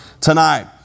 tonight